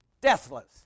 Deathless